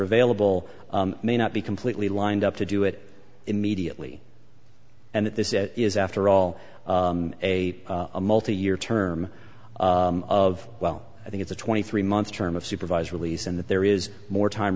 available may not be completely lined up to do it immediately and that this it is after all a a multi year term of well i think it's a twenty three month term of supervised release and that there is more time